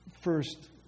first